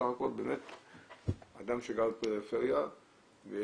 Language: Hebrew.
בסך הכול באמת אדם שגר בפריפריה ויש